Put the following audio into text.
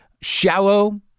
shallow